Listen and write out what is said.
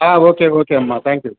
okay okay అమ్మా thank you